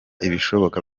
ibishoboka